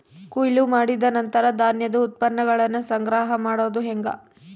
ಕೊಯ್ಲು ಮಾಡಿದ ನಂತರ ಧಾನ್ಯದ ಉತ್ಪನ್ನಗಳನ್ನ ಸಂಗ್ರಹ ಮಾಡೋದು ಹೆಂಗ?